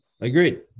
Agreed